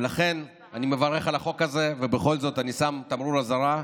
ולכן אני מברך על החוק הזה ובכל זאת אני שם תמרור אזהרה: